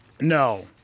No